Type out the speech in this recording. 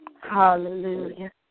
Hallelujah